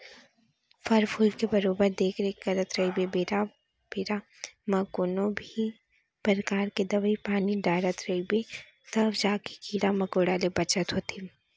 फर फूल के बरोबर देख रेख करत रइबे बेरा बेरा म कोनों भी परकार के दवई पानी डारत रइबे तव जाके कीरा मकोड़ा ले बचत होथे